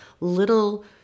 little